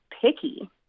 picky